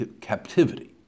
captivity